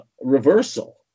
reversal